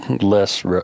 less